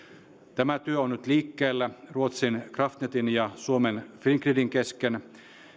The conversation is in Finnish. tämä työ on nyt liikkeellä ruotsin kraftnätin ja suomen fingridin kesken